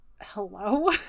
hello